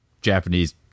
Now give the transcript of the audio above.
Japanese